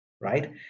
right